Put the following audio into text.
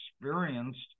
experienced